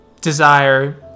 desire